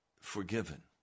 forgiven